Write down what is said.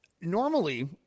normally